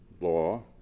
law